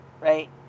right